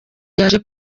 yaje